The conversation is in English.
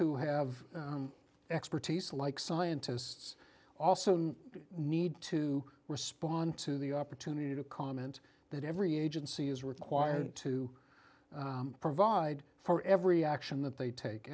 who have expertise like scientists also need to respond to the opportunity to comment that every agency is required to provide for every action that they take